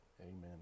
Amen